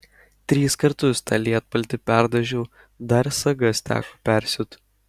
tris kartus tą lietpaltį perdažiau dar sagas teko persiūt